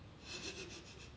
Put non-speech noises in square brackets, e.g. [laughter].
[laughs]